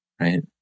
Right